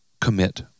commit